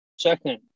second